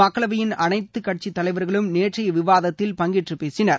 மக்களவையின் அனைத்துக்கட்சித் தலைவர்களும் நேற்றைய விவாதத்தில் பங்கேற்று பேசினர்